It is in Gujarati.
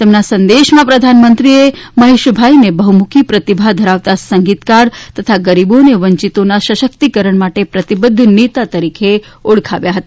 તેમના સંદેશામાં પ્રધાનમંત્રીએ મહેશભાઈને બહ્મુખી પ્રતિભા ધરાવતા સંગીતકાર તથા ગરીબો અને વંચીતોના સશક્તિકરણ માટે પ્રતિબધ્ધ નેતા તરીકે ઓળખાવ્યા હતા